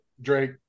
Drake